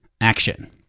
action